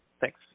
Thanks